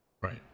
Right